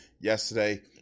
yesterday